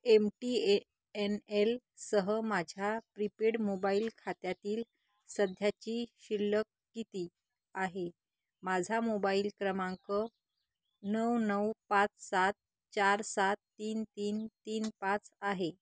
M T N एलसह माझ्या prepaid mobile खात्यातील सध्याची शिल्लक किती आहे माझा मोबाईल क्रमांक नऊ नऊ पाच सात चार सात तीन तीन तीन पाच आहे